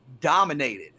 dominated